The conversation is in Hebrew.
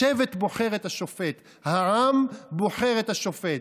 השבט בוחר את השופט, העם בוחר את השופט.